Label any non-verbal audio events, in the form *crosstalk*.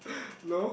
*breath* no